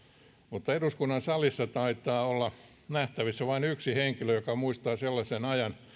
mutta eduskunnan salissa taitaa olla nähtävissä vain yksi henkilö joka muistaa sellaisen ajan